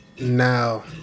now